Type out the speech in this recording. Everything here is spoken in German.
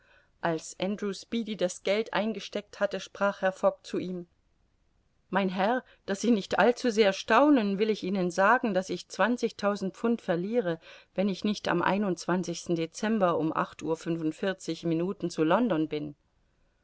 andrew speedy das geld eingesteckt hatte sprach herr fogg zu ihm mein herr daß sie nicht allzu sehr staunen will ich ihnen sagen daß ich zwanzigtausend pfund verliere wenn ich nicht am dezember um acht uhr fünfundvierzig minuten zu london bin